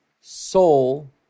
soul